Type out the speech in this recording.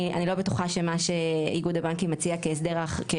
אני לא בטוחה שמה שאיגוד הבנקים מציע כאופן